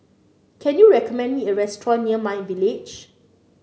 can you recommend me a restaurant near my Village